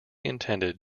intended